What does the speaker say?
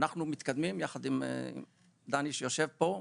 אנחנו מתקדמים יחד עם דני שיושב פה,